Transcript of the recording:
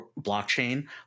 blockchain